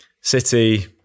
City